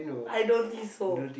I don't think so